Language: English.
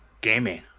gaming